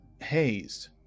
hazed